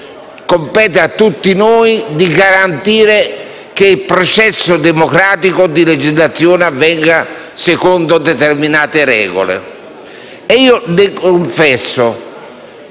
responsabilità di garantire che il processo democratico di legislazione avvenga secondo determinate regole. Le confesso